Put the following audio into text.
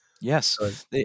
Yes